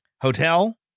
hotel